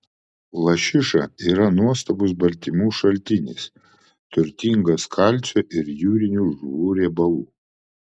lašiša yra nuostabus baltymų šaltinis turtingas kalcio ir jūrinių žuvų riebalų